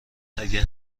اگه